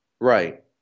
Right